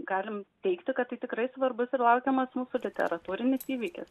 galim teigti kad tai tikrai svarbus ir laukiamas mūsų literatūrinis įvykis